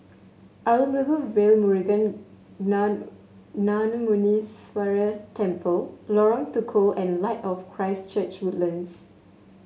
Arulmigu Velmurugan Nanamuneeswarar Temple Lorong Tukol and Light of Christ Church Woodlands